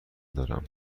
دارم